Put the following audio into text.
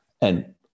And-